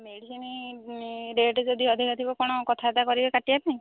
medicine rate ଯଦି ଅଧିକା ଥିବ କ'ଣ କଥାବାର୍ତ୍ତା କରିବେ କାଟିବା ପାଇଁ